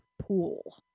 pool